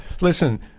Listen